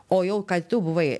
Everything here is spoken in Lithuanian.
o jau kai tu buvai